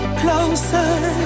closer